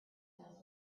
does